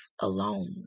alone